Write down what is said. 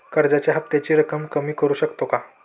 कर्जाच्या हफ्त्याची रक्कम कमी करू शकतो का?